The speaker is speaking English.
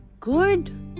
Good